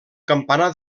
campanar